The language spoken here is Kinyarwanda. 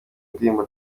ndirimbo